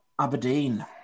Aberdeen